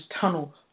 tunnel